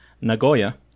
Nagoya